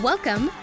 Welcome